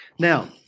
Now